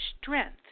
strength